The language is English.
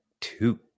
two